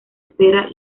espera